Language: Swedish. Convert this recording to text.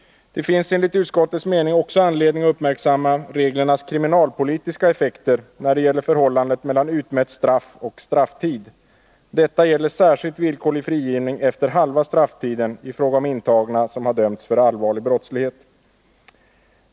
Det finns enligt utskottets mening också anledning att uppmärksamma reglernas kriminalpolitiska effekter när det gäller förhållandet mellan utmätt straff och strafftid. Detta gäller särskilt villkorlig frigivning efter halva strafftiden i fråga om intagna som har dömts för allvarlig brottslighet.